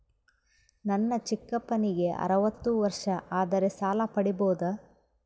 ನನ್ನ ಚಿಕ್ಕಪ್ಪನಿಗೆ ಅರವತ್ತು ವರ್ಷ ಆದರೆ ಸಾಲ ಪಡಿಬೋದ?